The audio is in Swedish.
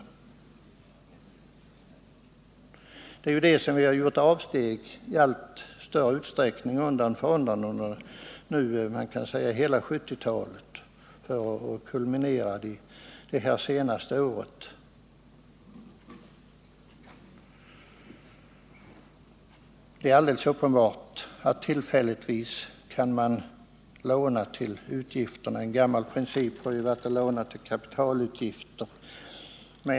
Det är den principen som vi undan för undan har gjort avsteg ifrån i allt större utsträckning under hela 1970-talet, och kulmen har nåtts det senaste året. Det är alldeles uppenbart att man tillfälligtvis kan låna till utgifter. En gammal princip är att man lånar till kapitalutgifter.